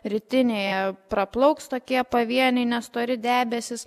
rytinėje praplauks tokie pavieniai nestori debesys